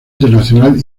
internacional